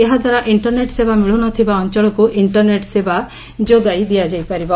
ଏହାଦ୍ୱାରା ଇଷ୍ଟର୍ନେଟ୍ ସେବା ମିଳୁ ନ ଥିବା ଅଞ୍ଚଳକୁ ଇଷ୍ଟର୍ନେଟ୍ ସେବା ଯୋଗାଇ ଦିଆଯାଇପାରିବ